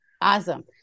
Awesome